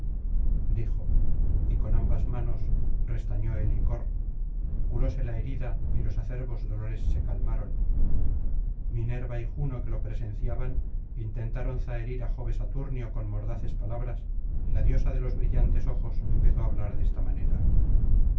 dijo y con ambas manos restañó el icor curóse la herida y los acerbos dolores se calmaron minerva y juno que lo presenciaban intentaron zaherir á jove saturnio con mordaces palabras y la diosa de los brillantes ojos empezó á hablar de esta manera